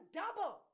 double